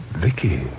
Vicky